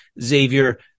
Xavier